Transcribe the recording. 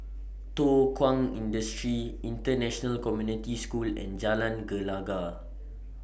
Thow Kwang Industry International Community School and Jalan Gelegar